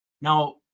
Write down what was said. Now